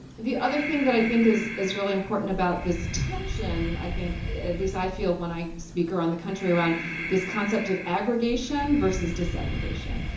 the other thing that i think is is really important about this tension, i think, at least i feel when i speak around the country, around this concept of aggregation versus disaggregation.